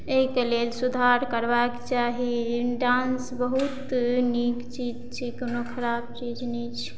अइके लेल सुधार करबाक चाही डांस बहुत नीक चीज छै कोनो खराब चीज नहि छै